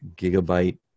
gigabyte